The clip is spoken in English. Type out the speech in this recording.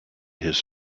his